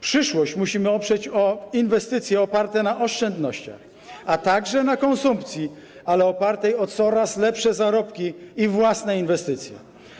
Przyszłość musimy oprzeć na inwestycjach opartych na oszczędnościach, a także na konsumpcji, ale opartej na coraz lepszych zarobkach i własnych inwestycjach.